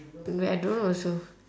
don't know I don't know also